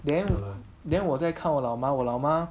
then then 我在看我老妈我老妈